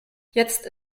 jetzt